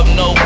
no